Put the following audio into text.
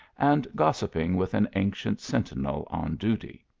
and gossipping with an ancient sentinel, on duty.